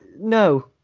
no